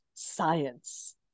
science